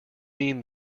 mean